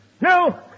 No